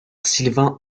sylvain